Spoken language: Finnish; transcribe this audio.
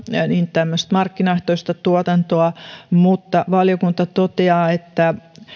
tämmöistä markkinaehtoista tuotantoa mutta valiokunta toteaa että